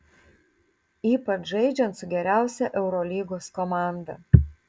ypač žaidžiant su geriausia eurolygos komanda